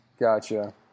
Gotcha